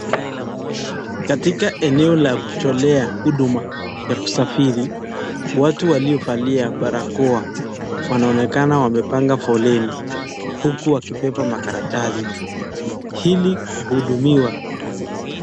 Katika eneo la kutolea huduma za usafiri, watu waliovalia barakoa, wanaonekana wamepanga foleni, huku wakibeba makaratasi, ili kuhudumiwa.